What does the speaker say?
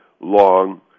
Long